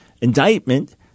indictment